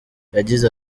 yagize